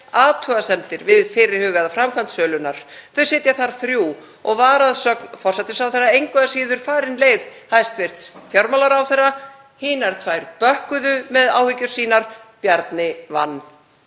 athugasemdir við fyrirhugaða framkvæmd sölunnar. Þau sitja þar þrjú og var að sögn forsætisráðherra engu að síður farin leið hæstv. fjármálaráðherra. Þær tvær bökkuðu með áhyggjur sínar. Bjarni vann.